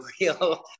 real